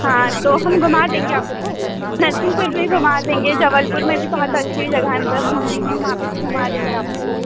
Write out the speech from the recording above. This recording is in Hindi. हाँ तो हम घुमा देंगे आपको नरसिंहपुर भी घुमा देंगे जबलपुर में भी बहुत अच्छी जगह है मतलब घूमने की हम वहाँ पे भी घुमा देंगे आपको